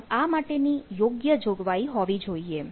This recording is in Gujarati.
આમ આ માટેની યોગ્ય જોગવાઈ હોવી જોઈએ